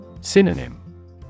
Synonym